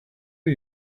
are